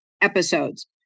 episodes